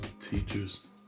Teachers